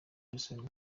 jackson